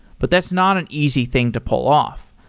but that's not an easy thing to pull off,